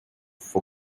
for